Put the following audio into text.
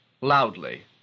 loudly